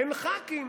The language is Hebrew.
אין ח"כים